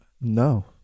No